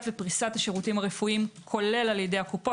ופריסת השירותים הרפואיים כולל על ידי הקופות.